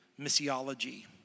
missiology